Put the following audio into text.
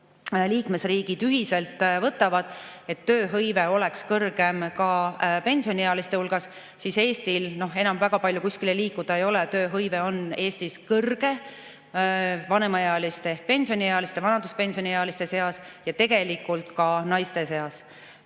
liikmesriigid ühiselt võtavad, et tööhõive oleks kõrgem ka pensioniealiste hulgas, Eestil enam väga palju kuskile liikuda ei ole, tööhõive on Eestis kõrge vanemaealiste ehk pensioniealiste, vanaduspensioniealiste seas ning tegelikult ka naiste seas.